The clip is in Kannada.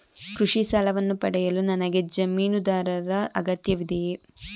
ಕೃಷಿ ಸಾಲವನ್ನು ಪಡೆಯಲು ನನಗೆ ಜಮೀನುದಾರರ ಅಗತ್ಯವಿದೆಯೇ?